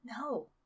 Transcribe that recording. No